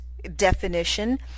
definition